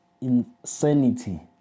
insanity